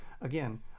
Again